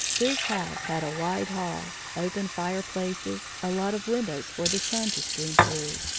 this house had a wide hall, open fireplaces, a lot of windows for the sun to stream through,